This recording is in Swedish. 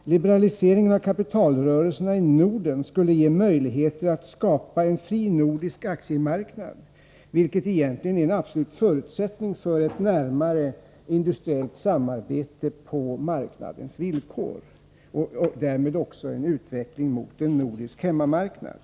En liberalisering av kapitalrörelserna i Norden skulle ge möjligheter att skapa en fri nordisk aktiemarknad, vilket egentligen är en absolut förutsättning för ett närmare industriellt samarbete på marknadens villkor och därmed också för en utveckling mot en nordisk hemmamarknad.